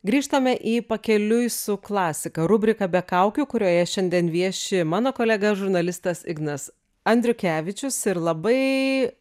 grįžtame į pakeliui su klasika rubriką be kaukių kurioje šiandien vieši mano kolega žurnalistas ignas andriukevičius ir labai